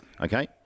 Okay